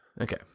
okay